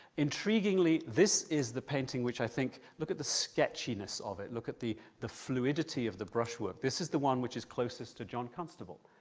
intriguingly, this is the painting which i think. look at the sketchiness of it. look at the the fluidity of the brushwork. this is the one which is closest to john constable,